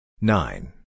Nine